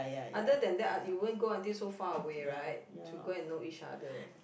other than that ah you won't go until so far away right to go and know each other